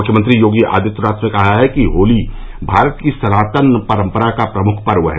मुख्यमंत्री योगी आदित्यनाथ ने कहा है कि होली भारत की सनातन परम्परा का प्रमुख पर्व है